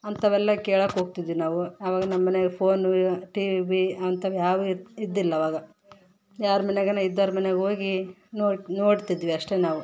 ಅಂತಾವೆಲ್ಲ ಕೇಳೋಕ್ ಹೋಗ್ತಿದ್ವಿ ನಾವು ಆವಾಗ ನಮ್ಮಮನೆಯಾಗ ಫೋನುಯ ಟಿ ವಿ ಅಂತಾವು ಯಾವು ಇದು ಇದ್ದಿಲ್ಲ ಅವಾಗ ಯಾರು ಮನ್ಯಾಗ ಇದ್ದರು ಮನೆಯಾಗ್ ಹೋಗಿ ನೋಡು ನೋಡ್ತಿದ್ವಿ ಅಷ್ಟೇ ನಾವು